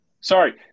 Sorry